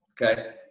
Okay